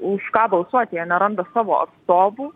už ką balsuoti jie neranda savo atstovų